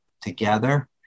together